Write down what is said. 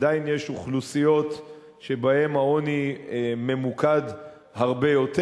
עדיין יש אוכלוסיות שבהן העוני ממוקד הרבה יותר.